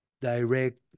direct